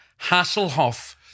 Hasselhoff